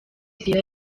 sierra